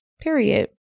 Period